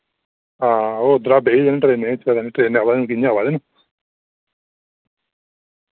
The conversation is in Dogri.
हां ओह् उद्धरा बेही दे न ट्रेने च पता नी ट्रेन आवा दे कि'यां आवा दे न